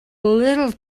little